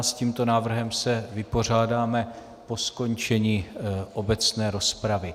S tímto návrhem se vypořádáme po skončení obecné rozpravy.